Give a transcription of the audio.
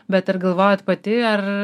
bet ar galvojat pati ar